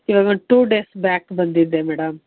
ಇವಾಗ ಒಂದು two days back ಬಂದಿದ್ದೆ ಮೇಡಮ್